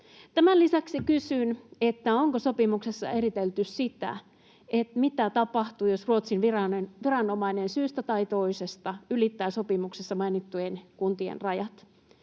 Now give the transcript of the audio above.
Tämän lisäksi kysyn: Onko sopimuksessa eritelty sitä, mitä tapahtuu, jos Ruotsin viranomainen syystä tai toisesta ylittää sopimuksessa mainittujen kuntien rajat?